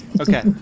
Okay